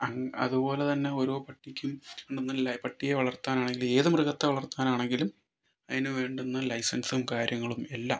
അങ് അതുപോലെ തന്നെ ഓരോ പട്ടിക്കും പട്ടിയെ വളർത്താനാണെങ്കില് ഏത് മൃഗത്തെ വളർത്താനാണെങ്കിലും അതിന് വേണ്ടുന്ന ലൈസൻസും കാര്യങ്ങളും എല്ലാം